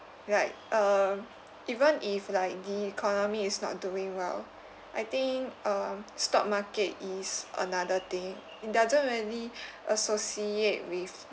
like um even if like the economy is not doing well I think um stock market is another thing it doesn't really associate with